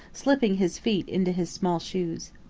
slipping his feet into his small shoes.